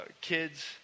kids